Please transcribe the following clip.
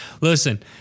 listen